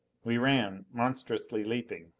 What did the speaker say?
we ran, monstrously leaping.